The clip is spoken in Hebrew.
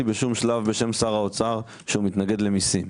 בשום שלב בשם שר האוצר שמתנגד למיסים.